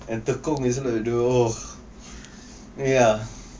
and tekong isn't the !duh! eh ya